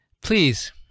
Please